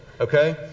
okay